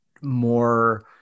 more